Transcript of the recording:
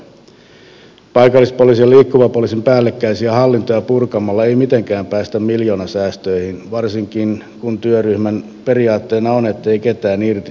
paikallispoliisin ja liikkuvan poliisin päällekkäisiä hallintoja purkamalla ei mitenkään päästä miljoonasäästöihin varsinkin kun työryhmän periaatteena on ettei ketään irtisanota